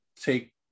take